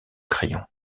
crayon